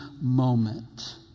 moment